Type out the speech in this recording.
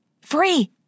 Free